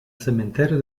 cementerio